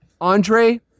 Andre